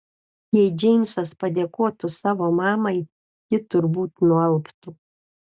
jei džeimsas padėkotų savo mamai ji turbūt nualptų